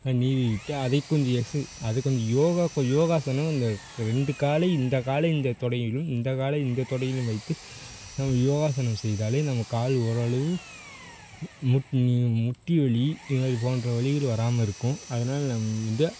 நீவி விட்டு அதை கொஞ்சம் எக்ஸு அது கொஞ்சம் யோகா கொ யோகாசனம் இந்த ரெண்டு காலை இந்த காலை இந்த தொடையிலும் இந்த காலை இந்த தொடையிலும் வைத்து நம்ம யோகாசனம் செய்தாலே நம்ம கால் ஓரளவு முட் முட்டி வலி இது மாதிரி போன்ற வலிகள் வராமல் இருக்கும் அதனால் நம் வந்து